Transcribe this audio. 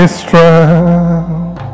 strength